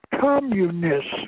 communists